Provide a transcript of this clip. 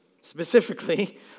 Specifically